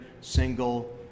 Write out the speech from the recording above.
single